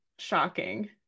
shocking